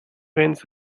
winds